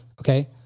Okay